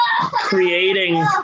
creating